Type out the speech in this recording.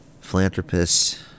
philanthropist